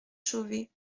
chauvet